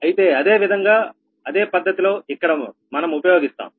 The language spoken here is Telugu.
అయితే అదేవిధంగా అదే పద్ధతిలో ఇక్కడ మనం ఉపయోగిస్తాం